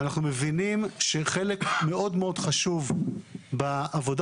אנחנו מבינים שחלק מאוד-מאוד חשוב בעבודה